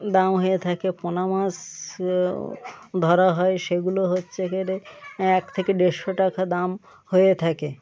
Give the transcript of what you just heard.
দাম হয়ে থাকে পোনা মাছও ধরা হয় সেগুলো হচ্ছে এক থেকে দেড়শো টাকা দাম হয়ে থাকে